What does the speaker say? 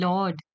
Lord